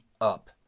up